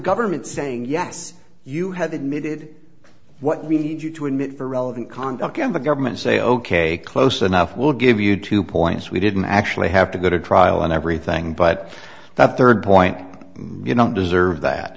government saying yes you have admitted what we need you to admit for relevant conduct in the government say ok close enough we'll give you two points we didn't actually have to go to trial and everything but that third point you don't deserve that